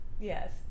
yes